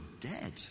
dead